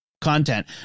content